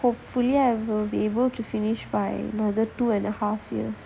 hopefully I will be able to finish by another two and a half years